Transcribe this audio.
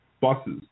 buses